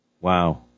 Wow